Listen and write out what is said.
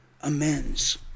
amends